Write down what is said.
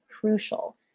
crucial